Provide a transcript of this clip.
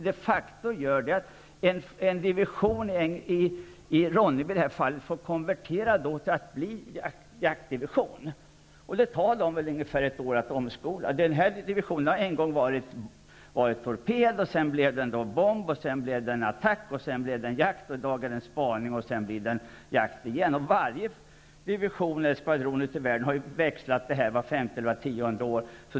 Det kan t.ex. vara så att en division i Ronneby får konvertera till att bli en jaktdivision. Det tar väl ungefär ett år för den att omskola sig. Den här divisionen har en gång betecknats ''torped''. Sedan fick den beteckningen ''bomb'', därefter ''attack'' och vidare ''jakt''. I dag har den beteckningen ''spaning'', och sedan blir det ''jakt'' igen. Varje division eller skvadron ute i världen har växlat mellan dessa uppgifter vart femte eller vart tionde år.